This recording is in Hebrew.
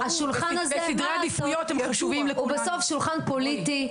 השולחן הזה, מה לעשות הוא בסוף שולחן פוליטי.